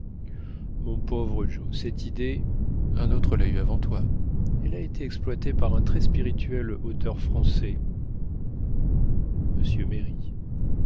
mon pauvre joe cette idée un autre l'a eue avant toi elle a été exploitée par un très spirituel auteur français